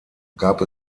gab